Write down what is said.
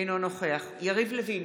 אינו נוכח יריב לוין,